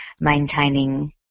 maintaining